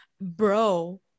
bro